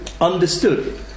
understood